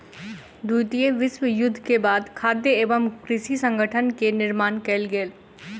द्वितीय विश्व युद्ध के बाद खाद्य एवं कृषि संगठन के निर्माण कयल गेल